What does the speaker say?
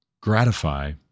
gratify